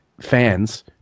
Fans